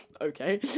okay